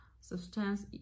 substance